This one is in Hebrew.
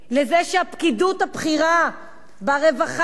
לזה שהפקידות הבכירה ברווחה,